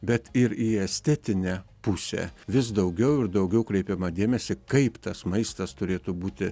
bet ir į estetinę pusę vis daugiau ir daugiau kreipiama dėmesį kaip tas maistas turėtų būti